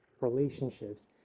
relationships